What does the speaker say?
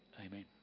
Amen